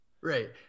Right